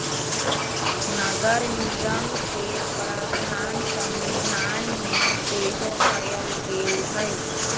नगरनिगम के प्रावधान संविधान में सेहो कयल गेल हई